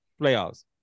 playoffs